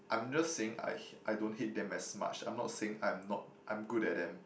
I'm just saying I I don't hate them as much I'm not saying I'm not I'm good at them